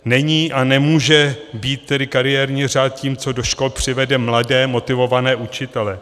Není a nemůže být tedy kariérní řád tím, co do škol přivede mladé motivované učitele.